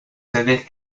sedes